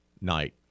night